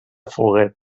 folguera